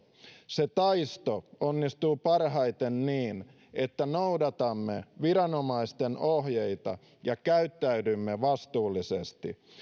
se taisto onnistuu parhaiten niin että noudatamme viranomaisten ohjeita ja käyttäydymme vastuullisesti